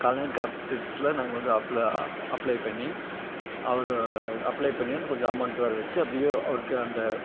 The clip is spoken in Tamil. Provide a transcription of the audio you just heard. கலைஞர் காப்பீட்டுத்திட்டத்தில் நாங்கள் வந்து அப்ள அப்ளை பண்ணி அவர் அப்ளை பண்ணி அந்த கொஞ்சம் அமௌண்ட் வர வச்சு அப்படியே அவருக்கு அந்த